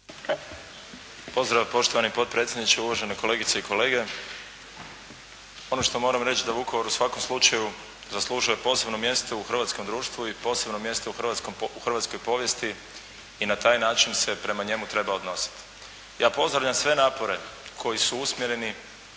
Pozdrav poštovani potpredsjedniče, uvažene kolegice i kolege. Ono što moram reći da Vukovar u svakom slučaju zaslužuje posebno mjesto u hrvatskom društvu i posebno mjesto u hrvatskoj povijesti i na taj način se prema njemu treba odnositi. Ja pozdravljam sve napore koji su usmjereni